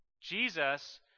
Jesus